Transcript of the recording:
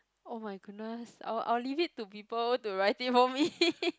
oh-my-goodness I'll I'll leave it to people to write it for me